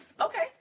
Okay